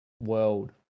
world